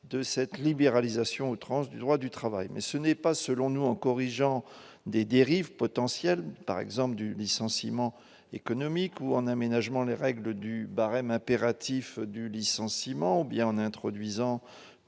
de cette libéralisation outrances du droit du travail, mais ce n'est pas, selon nous, en corrigeant des dérives potentielles par exemple du licenciement économique ou en aménagement les règles du barème impératifs du licenciement bien en introduisant